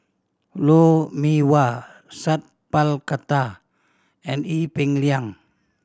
Lou Mee Wah Sat Pal Khattar and Ee Peng Liang